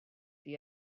you